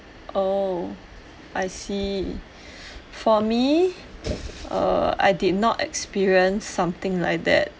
oh I see for me err I did not experience something like that